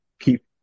keep